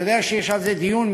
אני יודע שיש על זה דיון,